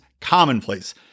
commonplace